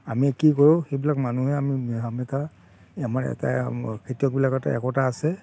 আমি কি কৰোঁ সেইবিলাক মানুহে আমি আমি এটা আমাৰ এটা খেতিয়কবিলাকৰ এটা একতা আছে